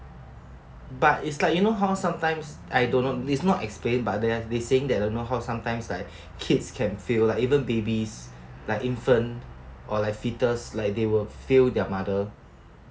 but it's like you know how sometimes I don't know this not explain but then they're saying they know how sometimes like kids can feel even babies like infant or like fetus like they will feel their mother